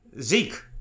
Zeke